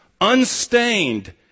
unstained